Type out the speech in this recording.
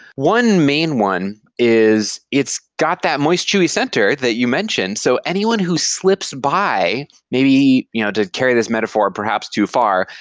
one main one is it's got that moist chewy to center that you mentioned, so anyone who slips by maybe you know to carry this metaphor perhaps too far,